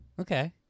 Okay